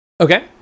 Okay